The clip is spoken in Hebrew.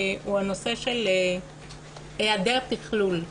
הוא הנושא של היעדר תכלול.